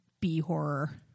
B-horror